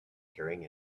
carrying